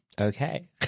Okay